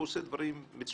הוא עושה דברים מצוינים